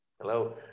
Hello